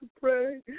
pray